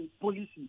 policy